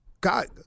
God